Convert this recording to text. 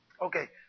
okay